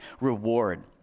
reward